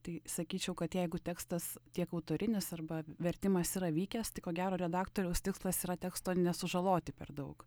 tai sakyčiau kad jeigu tekstas tiek autorinis arba vertimas yra vykęs tai ko gero redaktoriaus tikslas yra teksto nesužaloti per daug